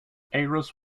ayres